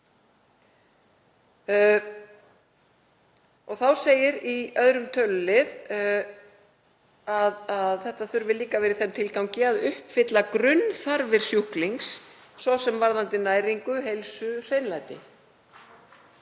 Þá segir í 2. tölulið að þetta þurfi líka að vera í þeim tilgangi að uppfylla grunnþarfir sjúklings, svo sem varðandi næringu, heilsu og hreinlæti.